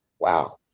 wow